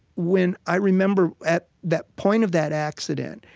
when i remember at that point of that accident,